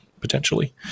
potentially